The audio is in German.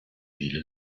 viele